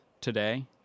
today